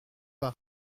pas